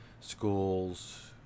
schools